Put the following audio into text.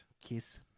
Kiss